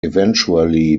eventually